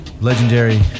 legendary